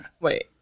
Wait